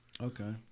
Okay